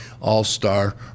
all-star